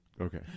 Okay